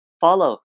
follow